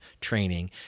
training